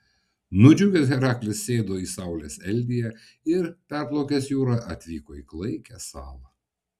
nudžiugęs heraklis sėdo į saulės eldiją ir perplaukęs jūrą atvyko į klaikią salą